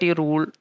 rule